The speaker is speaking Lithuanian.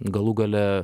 galų gale